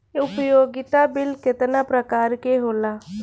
उपयोगिता बिल केतना प्रकार के होला?